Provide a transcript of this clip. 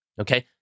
Okay